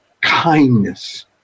kindness